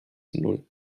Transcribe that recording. null